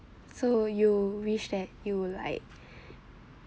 so you wish that you would like